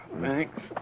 Thanks